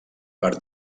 per